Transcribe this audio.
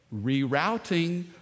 Rerouting